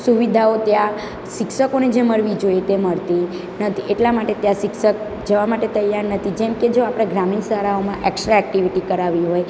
સુવિધાઓ ત્યાં શિક્ષકોને જે મળવી જોઈએ તે મળતી નથી એટલા માટે આ શિક્ષક જવા માટે તૈયાર નથી જેમકે જો આપણે ગ્રામીણ શાળાઓમાં એકસ્ટ્રા એક્ટીવિટી કરાવી હોય